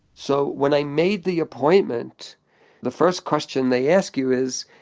so, when i made the appointment the first question they ask you is,